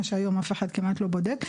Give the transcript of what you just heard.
מה שהיום אף אחד כמעט לא בודק.